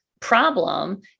problem